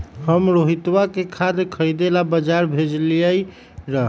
हम रोहितवा के खाद खरीदे ला बजार भेजलीअई र